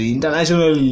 International